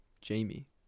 Jamie